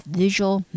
visual